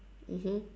mmhmm